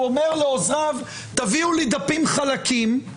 אומר לעוזריו: "תביאו לי דפים חלקים".